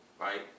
right